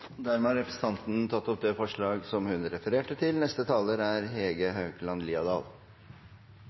dermed tatt opp det forslaget hun refererte til. Arkivsektoren utanfor Arkivverket er